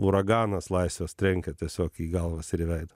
uraganas laisvės trenkė tiesiog į galvas ir į veidą